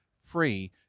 free